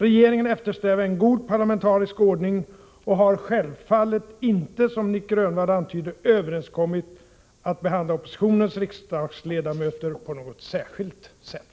Regeringen eftersträvar en god parlamentarisk ordning och har självfallet inte, som Nic Grönvall antyder, överenskommit att behandla oppositionens riksdagsledamöter på något särskilt sätt.